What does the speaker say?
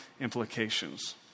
implications